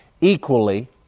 equally